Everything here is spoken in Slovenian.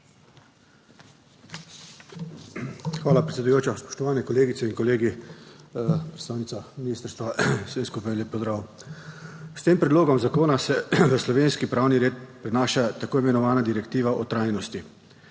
Hvala, predsedujoča. Spoštovane kolegice in kolegi, predstavnica ministrstva, vsem skupaj lep pozdrav! S tem predlogom zakona se v slovenski pravni red prenaša tako imenovana direktiva o trajnosti.